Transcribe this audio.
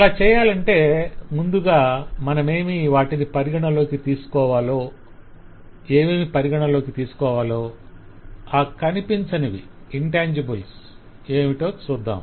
అలా చేయాలంటే ముందుగా మనమేమేమి వాటిని పరిగణలోకి తీసుకోవాలో ఆ అప్రత్యక్షమైనవి ఏమిటో చూద్దాం